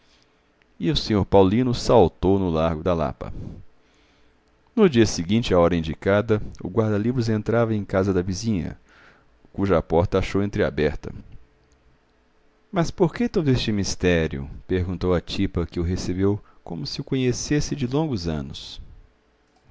e o sr paulino saltou no largo da lapa no dia seguinte à hora indicada o guarda-livros entrava em casa da vizinha cuja porta achou entreaberta mas por que todo este mistério perguntou a tipa que o recebeu como se o conhecesse de longos anos